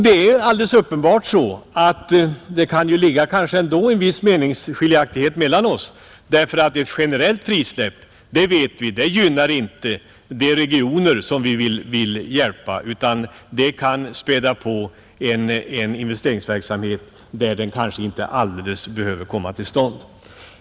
Det är uppenbart att det ändå kan föreligga vissa meningsskiljaktigheter, för vi vet att ett generellt frisläpp gynnar inte de regioner som vi vill hjälpa, utan det kan späda på en investeringsverksamhet där det kanske inte är alldeles nödvändigt att den kommer till stånd.